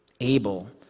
Abel